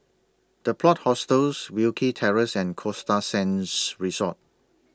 The Plot Hostels Wilkie Terrace and Costa Sands Resort